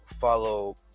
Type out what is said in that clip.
follow